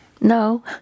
No